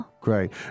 Great